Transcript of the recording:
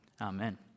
Amen